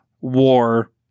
war